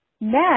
Next